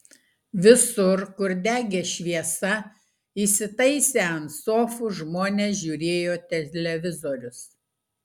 visur kur degė šviesa įsitaisę ant sofų žmonės žiūrėjo televizorius